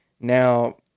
Now